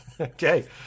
Okay